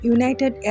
United